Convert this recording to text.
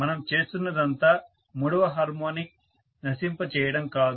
మనం చేస్తున్నదంతా మూడవ హార్మోనిక్ను నశింప చేయడం కాదు